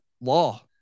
law